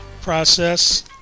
process